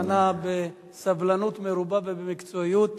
שענה בסבלנות מרובה ובמקצועיות.